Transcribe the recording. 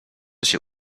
się